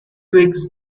twigs